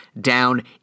down